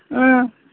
ओ